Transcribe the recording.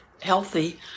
healthy